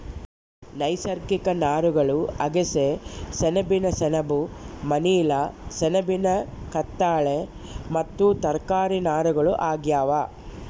ನೈಸರ್ಗಿಕ ನಾರುಗಳು ಅಗಸೆ ಸೆಣಬಿನ ಸೆಣಬು ಮನಿಲಾ ಸೆಣಬಿನ ಕತ್ತಾಳೆ ಮತ್ತು ತರಕಾರಿ ನಾರುಗಳು ಆಗ್ಯಾವ